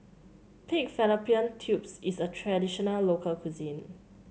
Pig Fallopian Tubes is a traditional local cuisine